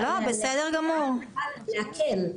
אני רוצה להקל.